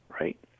right